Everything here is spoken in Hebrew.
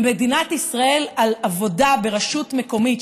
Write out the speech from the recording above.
במדינת ישראל את העבודה ברשות מקומית,